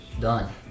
done